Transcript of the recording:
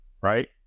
right